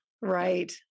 right